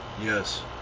Yes